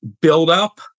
buildup